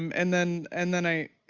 um and then and then i,